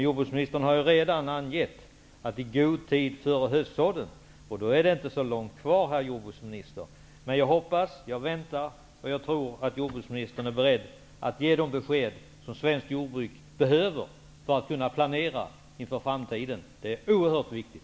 Jordbruksministern har nu redan angett att besked skall lämnas i god tid före höstsådden, då är det inte så lång tid kvar, herr jordbruksminister. Jag hoppas, väntar och tror att jordbruksministern är beredd att ge de besked som svenskt jordbruk behöver för att kunna planera inför framtiden. Det är oerhört viktigt.